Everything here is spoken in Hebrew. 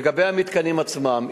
לגבי המתקנים עצמם,